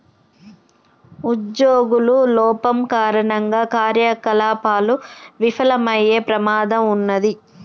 ఉజ్జోగుల లోపం కారణంగా కార్యకలాపాలు విఫలమయ్యే ప్రమాదం ఉన్నాది